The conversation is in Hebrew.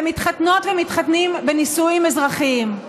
ומתחתנות ומתחתנים בנישואים אזרחיים.